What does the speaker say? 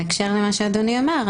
בהקשר למה שאדוני אמר,